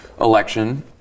election